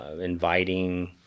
inviting